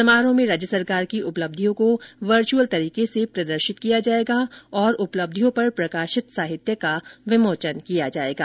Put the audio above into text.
समारोह में राज्य सरकार की उपलब्धियों को वर्च्यअल तरीके से प्रदर्शित किया जाएगा और उपलब्धियों पर प्रकाशित साहित्य का विमोचन किया जाएगा